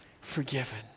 forgiven